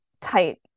tight